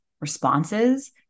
responses